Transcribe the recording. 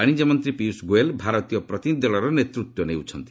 ବାଶିଜ୍ୟ ମନ୍ତ୍ରୀ ପିୟୁଷ ଗୋୟଲ୍ ଭାରତୀୟ ପ୍ରତିନିଧି ଦଳର ନେତୃତ୍ୱ ନେଉଛନ୍ତି